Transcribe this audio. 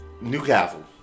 Newcastle